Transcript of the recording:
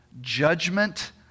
judgment